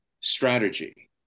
strategy